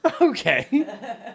Okay